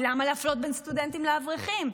כי למה להפלות בין סטודנטים לאברכים?